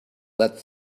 that